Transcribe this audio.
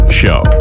show